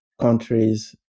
countries